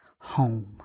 home